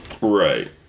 Right